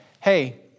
hey